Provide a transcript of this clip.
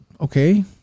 okay